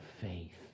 faith